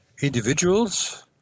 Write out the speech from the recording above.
individuals